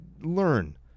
Learn